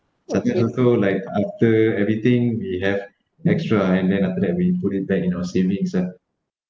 like after everything we have extra and then after that we put it back in our savings ah